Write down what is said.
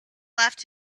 left